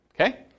Okay